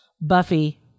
Buffy